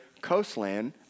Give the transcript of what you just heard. coastland